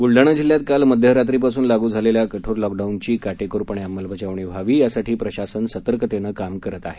बुलडाणा जिल्ह्यात काल मध्यरात्रीपासून लागू झालेल्या कठोर लॉकडाऊनघी काटेकोरपणे अंबलबजावणी व्हावी यासाठी प्रशासन सतर्कतेनं काम करत आहे